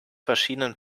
verschiedenen